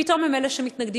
פתאום הם אלה שמתנגדים.